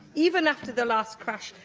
even after the last crash,